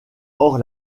hors